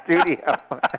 studio